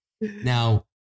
Now